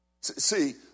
See